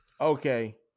Okay